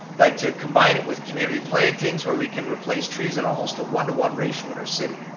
like to combine it with community plantings where we can replace trees at almost a one to one ratio in our city.